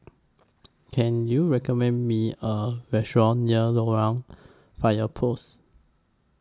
Can YOU recommend Me A Restaurant near Loyang Fire Post